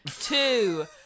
two